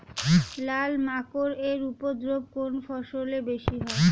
লাল মাকড় এর উপদ্রব কোন ফসলে বেশি হয়?